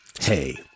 hey